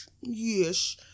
Yes